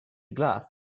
glass